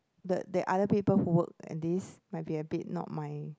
but the other people who work at least might a bit not my